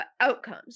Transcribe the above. outcomes